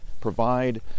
provide